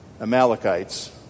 Amalekites